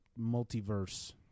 multiverse